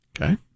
Okay